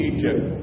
Egypt